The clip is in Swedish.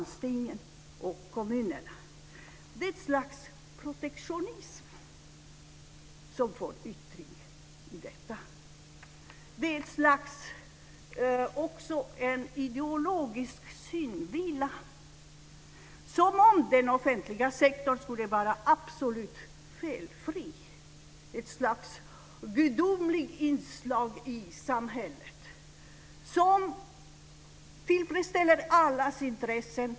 Det är ett slags protektionism som yttras i detta. Det är också en ideologisk synvilla, som om den offentliga sektorn skulle vara absolut felfri, ett slags gudomligt inslag i samhället som automatiskt tillfredsställer allas intressen.